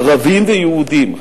ערבים ויהודים,